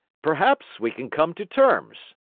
perhaps we can come to terms.